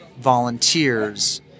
volunteers